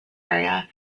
area